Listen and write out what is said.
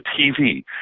TV